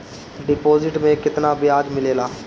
Deposit मे केतना बयाज मिलेला?